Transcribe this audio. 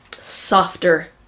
softer